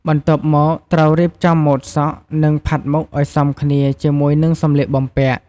បន្ទាប់មកត្រូវរៀបចំម៉ូដសក់ និងផាត់មុខឱ្យសមគ្នាជាមួយនឹងសម្លៀកបំពាក់។